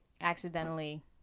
accidentally